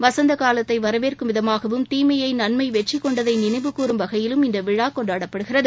வசந்த காலத்தை வரவேற்கும் விதமாகவும் தீமையை நன்மை வெற்றிக் கொண்டதை நினைவு கூரும் வகையிலும் இந்த விழா கொண்டாடப்படுகிறது